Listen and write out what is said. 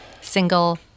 single